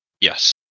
Yes